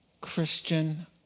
Christian